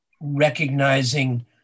recognizing